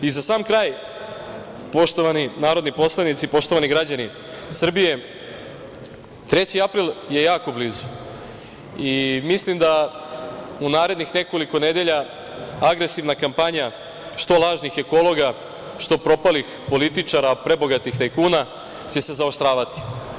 I za sam kraj, poštovani narodni poslanici, poštovani građani Srbije, 3. april je jako blizu i mislim da u narednih nekoliko nedelja agresivna kampanja što lažnih ekologa, što propalih političara, prebogatih tajkuna će se zaoštravati.